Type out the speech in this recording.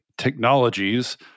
technologies